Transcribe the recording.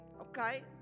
okay